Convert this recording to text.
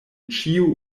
ĉio